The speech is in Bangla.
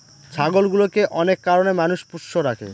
ছাগলগুলোকে অনেক কারনে মানুষ পোষ্য রাখে